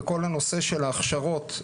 בכל הנושא של ההכשרות,